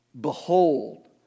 Behold